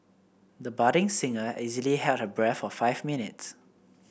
the budding singer easily held her breath for five minutes